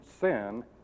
sin